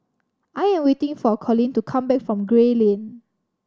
I am waiting for Collin to come back from Gray Lane